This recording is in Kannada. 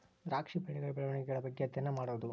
ದ್ರಾಕ್ಷಿ ಬಳ್ಳಿಗಳ ಬೆಳೆವಣಿಗೆಗಳ ಬಗ್ಗೆ ಅದ್ಯಯನಾ ಮಾಡುದು